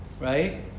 Right